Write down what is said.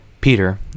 Peter